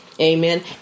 Amen